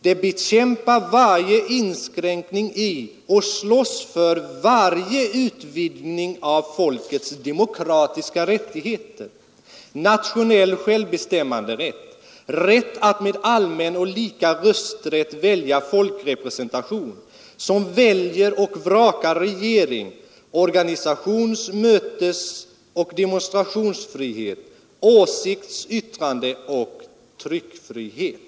Det bekämpar varje inskränkning i och slåss för varje utvidgning av folkets demokratiska rättigheter: nationell självbestämmanderätt; rätt att med allmän och lika rösträtt välja folkrepresentation, som väljer och vrakar regering; organisations-, mötesoch demonstrationsfrihet; åsikts-, yttrandeoch tryckfrihet.”